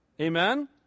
Amen